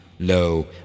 Lo